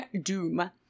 Doom